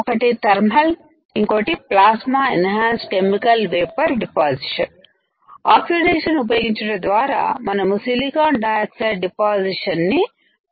ఒకటి ధర్మల్ ఇంకొకటి plasma enhanced chemical vapour deposition oxidation ఉపయోగించుట ద్వారా మనం సిలికాన్ డయాక్సైడ్ డిపాజిషన్ నీ పెంచవచ్చు